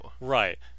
Right